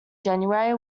january